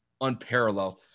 unparalleled